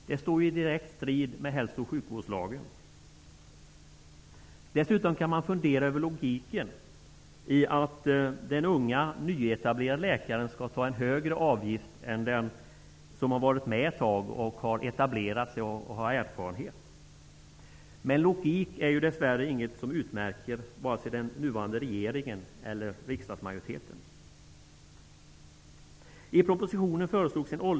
Det står ju i direkt strid med hälso och sjukvårdslagen. Dessutom kan man fundera över logiken i det faktum att den unga nyetablerade läkaren skall ta en högre avgift än den som har varit med ett tag, etablerat sig och fått erfarenhet. Men logik är dess värre ingenting som utmärker vare sig regeringen eller riksdagsmajoriteten.